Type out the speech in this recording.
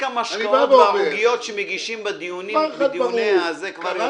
רק המשקאות והעוגיות שמגישים בדיונים הם כבר יותר יקרים.